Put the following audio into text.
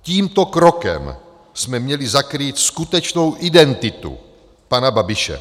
Tímto krokem jsme měli zakrýt skutečnou identitu pana Babiše.